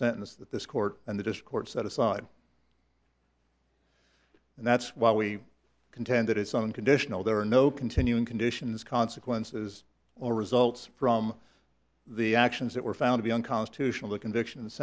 sentence that this court and the discord set aside and that's why we contend that it's unconditional there are no continuing conditions consequences or results from the actions that were found to be unconstitutional the conviction